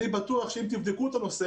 אני בטוח שאם תבדקו את הנושא,